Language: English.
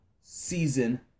season